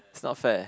it's not fair